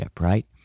right